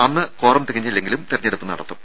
അന്ന് കോറം തികഞ്ഞില്ലെങ്കിലും തെരഞ്ഞെടുപ്പ് നടത്തും